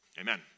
Amen